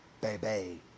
Baby